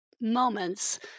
moments